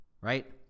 Right